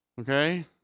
Okay